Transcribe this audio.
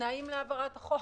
להעברת החוק.